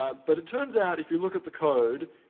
but, it turns out, if you look at the code,